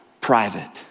private